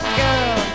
girl